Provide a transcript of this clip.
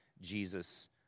Jesus